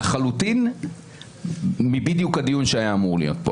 לחלוטין ההפך מהדיון שהיה אמור להיות כאן.